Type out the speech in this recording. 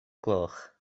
gloch